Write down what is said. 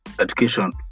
education